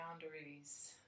boundaries